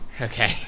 Okay